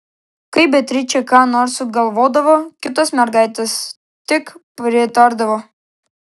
kai beatričė ką nors sugalvodavo kitos mergaitės tik pritardavo